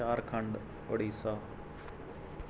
Jharkhand Orissa